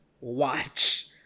watch